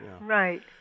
right